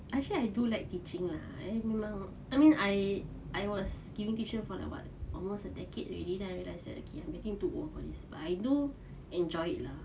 actually I do like teaching ah I mean I was giving tuition for like what almost a decade already then I realise that I do enjoy it lah I I enjoyed teaching when I was like at the science centre